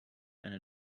eine